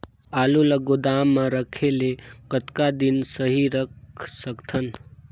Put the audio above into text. आलू ल गोदाम म रखे ले कतका दिन सही रख सकथन?